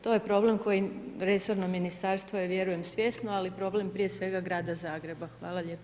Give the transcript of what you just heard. To je problem koji resorno Ministarstvo je vjerujem svjesno, ali problem prije svega Grada Zagreba.